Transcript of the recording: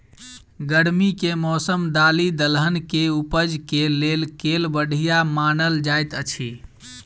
गर्मी केँ मौसम दालि दलहन केँ उपज केँ लेल केल बढ़िया मानल जाइत अछि?